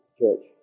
church